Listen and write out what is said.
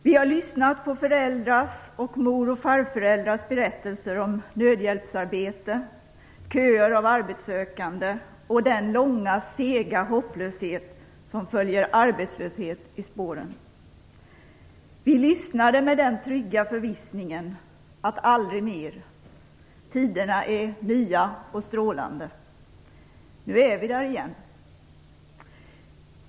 Vi har lyssnat på föräldrars och mor och farföräldrars berättelser om nödhjälpsarbete, köer av arbetssökande och den långa sega hopplöshet som följer arbetslöshet i spåren. Vi lyssnade med den trygga förvissningen att aldrig mer, tiderna är nya och strålande. Nu är vi där igen!